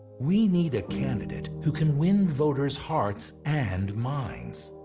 we need a candidate who can win voters' hearts and minds.